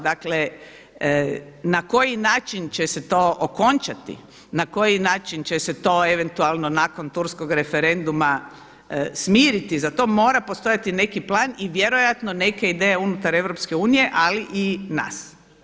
Dakle, na koji način će se to okončati, na koji način će se to eventualno nakon turskog referenduma smiriti, za to mora postojati neki plan i vjerojatno neke ideje unutar EU ali i nas.